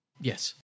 Yes